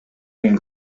үйүн